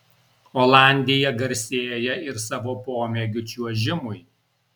olandija garsėja ir savo pomėgiu čiuožimui